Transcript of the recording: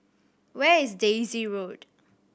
where is Daisy Road